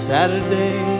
Saturday